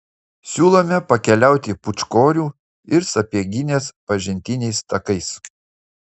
siūlome pakeliauti pūčkorių ir sapieginės pažintiniais takais